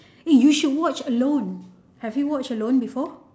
eh you should watch alone have you watched alone before